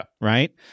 right